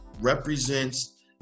represents